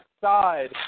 side